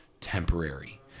temporary